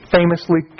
famously